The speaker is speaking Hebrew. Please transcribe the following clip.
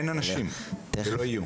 אין אנשים ולא יהיו.